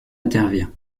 intervient